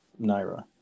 Naira